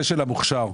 של המוכשר,